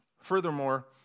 Furthermore